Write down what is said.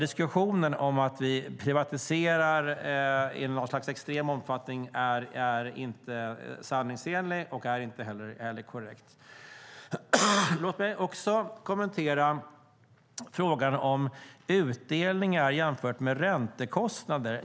Diskussionen om att vi privatiserar i något slags extrem omfattning är inte sanningsenlig och inte heller korrekt. Låt mig också kommentera frågan om utdelningar jämfört med räntekostnader.